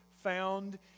found